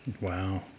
Wow